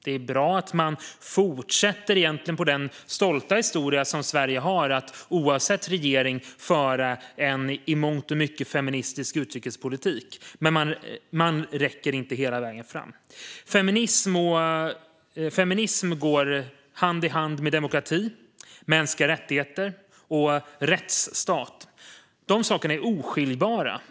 Det är bra att man fortsätter den stolta historia som Sverige har att oavsett regering föra en i mångt och mycket feministisk utrikespolitik. Men man når inte hela vägen fram. Feminism går hand i hand med demokrati, mänskliga rättigheter och rättsstaten. De sakerna är oskiljbara.